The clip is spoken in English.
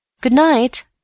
Good-night